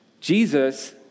Jesus